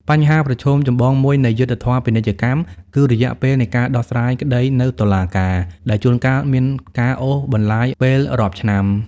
បញ្ហាប្រឈមចម្បងមួយនៃយុត្តិធម៌ពាណិជ្ជកម្ម គឺរយៈពេលនៃការដោះស្រាយក្ដីនៅតុលាការ ដែលជួនកាលមានការអូសបន្លាយពេលរាប់ឆ្នាំ។